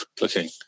looking